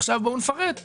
עכשיו בואו נפרט מי,